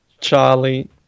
Charlie